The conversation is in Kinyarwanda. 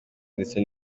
ndetse